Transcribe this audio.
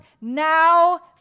now